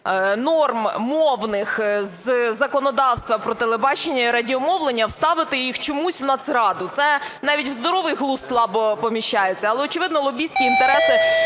норм мовних з законодавства про телебачення і радіомовлення, вставити їх чомусь в Нацраду. Це навіть в здоровий глузд слабо поміщається, але, очевидно, лобістські інтереси